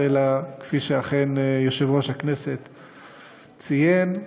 וכפי שאכן יושב-ראש הכנסת ציין,